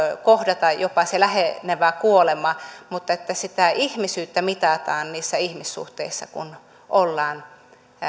kohdata jopa se lähenevä kuolema sitä ihmisyyttä mitataan niissä ihmissuhteissa kun ollaan